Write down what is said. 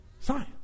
Science